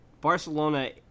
Barcelona